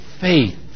faith